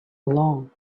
along